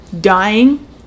dying